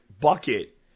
bucket